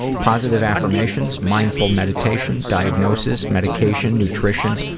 positive affirmation, mindful meditation, diagnosis, medication, nutrition.